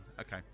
Okay